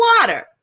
water